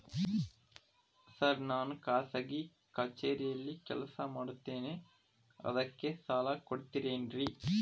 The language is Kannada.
ಸರ್ ನಾನು ಖಾಸಗಿ ಕಚೇರಿಯಲ್ಲಿ ಕೆಲಸ ಮಾಡುತ್ತೇನೆ ಅದಕ್ಕೆ ಸಾಲ ಕೊಡ್ತೇರೇನ್ರಿ?